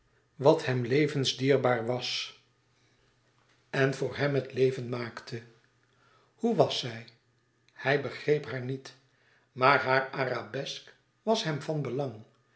wat hem levensdierbaar was en voor hem het leven maakte hoe was zij hij begreep haar niet maar hàre arabesk was hem van belang